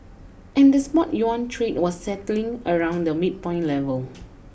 and the spot yuan trade was settling around the midpoint level